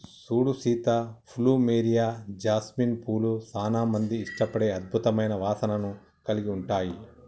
సూడు Sita plumeria, jasmine పూలు సానా మంది ఇష్టపడే అద్భుతమైన వాసనను కలిగి ఉంటాయి